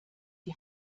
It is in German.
die